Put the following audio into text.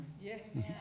Yes